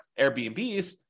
Airbnbs